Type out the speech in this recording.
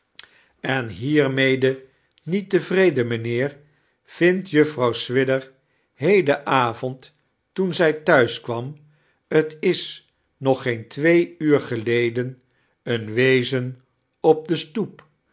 en hierniede niet tevreden mijnheer vindti juffrouw swidger heden avond toen zij thuiskwam t is nog geen twee uuir geieden een wezen op de s'fcoep